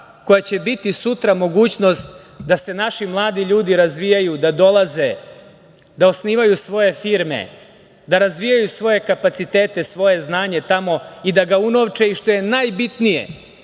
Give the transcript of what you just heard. koja će biti sutra mogućnost da se naši mladi ljudi razvijaju, da dolaze, da osnivaju svoje firme, da razvijaju svoje kapacitete, svoje znanje tamo i da ga unovče, i što je najbitnije